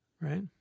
right